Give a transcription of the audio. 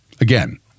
Again